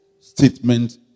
statement